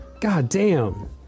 Goddamn